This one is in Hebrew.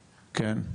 כן,